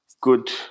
good